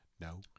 No